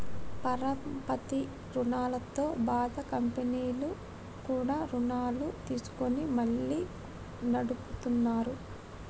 పరపతి రుణాలతో బాధ కంపెనీలు కూడా రుణాలు తీసుకొని మళ్లీ నడుపుతున్నార